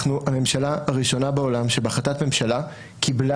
אנחנו הממשלה הראשונה בעולם שבהחלטת ממשלה קיבלה